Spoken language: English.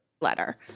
letter